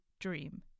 dream